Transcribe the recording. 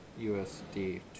USD